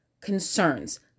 concerns